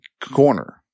corner